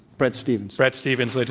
bret stephens. bret stephens, ladies